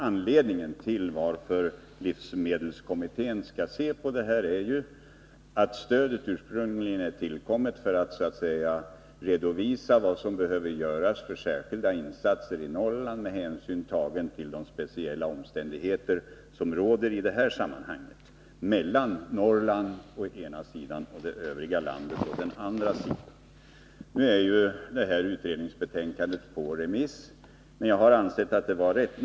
Anledningen till att livsmedelskommittén skall studera denna fråga är att stödet ursprungligen är tillkommet för att särskilda insatser behöver göras i Norrland med hänsyn tagen till de speciella omständigheter som råder i Norrland i förhållande till det övriga landet. Det nämnda utredningsbetänkandet är nu ute på remiss.